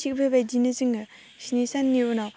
थिक बेबायदिनो जोङो स्नि साननि उनाव